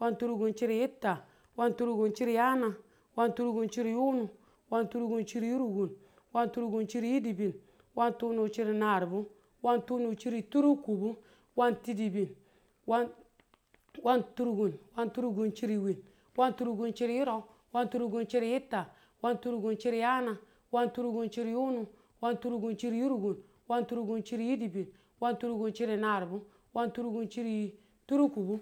wanturukuun chiri yitta. wanturukuun chiri yaana. wanturukuun chiri yunu. wanturukuun chiri yurukuun. wanturukuun chiri yidibin. wantunu chiri naribu. wantunu chiri turkubu. wantidibin. wan wanturukuun. wanturukuun chiri wiin. wanturukuun chiri yurau. wanturukuun chiri yitta. wanturukuun chiri yaana. wanturukuun chiri yunu. wanturukuun chiri yurukuun. wanturukuun chiri yidibin. wanturukuun chiri naribu. wanturukuun chiri turkibu.